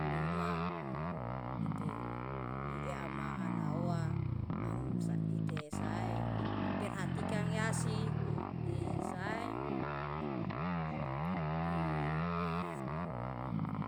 Luma ite lieama anaoa amsaite sae, iperhatikan yasi, isae i